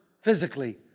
physically